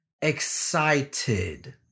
excited